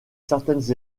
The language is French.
certaines